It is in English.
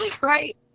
right